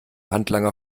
handlanger